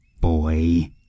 boy